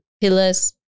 pillars